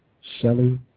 Shelly